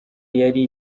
yari